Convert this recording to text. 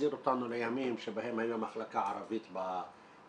מחזיר אותנו לימים שבהם הייתה מחלקה ערבית ברווחה,